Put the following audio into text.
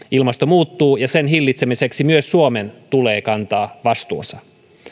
ilmasto muuttuu ja sen hillitsemiseksi myös suomen tulee kantaa vastuunsa